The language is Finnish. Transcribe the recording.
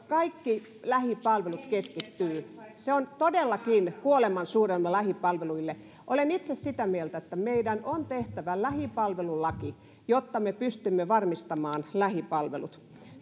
kaikki lähipalvelut keskittyvät se on todellakin kuolemansuudelma lähipalveluille olen itse sitä mieltä että meidän on tehtävä lähipalvelulaki jotta me pystymme varmistamaan lähipalvelut